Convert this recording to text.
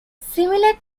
similar